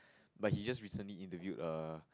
but he just recently interviewed err